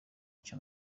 ica